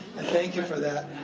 and thank you for that.